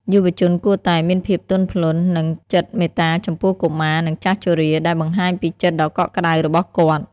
យុវជនគួរតែ "មានភាពទន់ភ្លន់ និងចិត្តមេត្តាចំពោះកុមារ និងចាស់ជរា" ដែលបង្ហាញពីចិត្តដ៏កក់ក្ដៅរបស់គាត់។